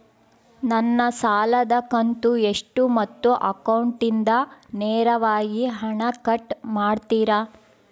ನನ್ನ ಸಾಲದ ಕಂತು ಎಷ್ಟು ಮತ್ತು ಅಕೌಂಟಿಂದ ನೇರವಾಗಿ ಹಣ ಕಟ್ ಮಾಡ್ತಿರಾ?